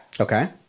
Okay